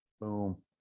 Boom